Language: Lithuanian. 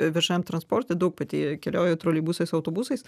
viešajam transporte daug pati keliauju troleibusais autobusais